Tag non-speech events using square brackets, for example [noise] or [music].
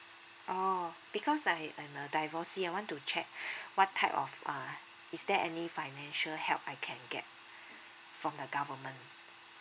oh because I I'm a divorcee I want to check [breath] what type of uh is there any financial help I can get from the government